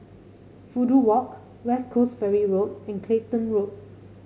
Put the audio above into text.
Fudu Walk West Coast Ferry Road and Clacton Road